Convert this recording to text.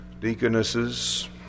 deaconesses